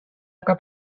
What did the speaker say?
aga